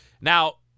Now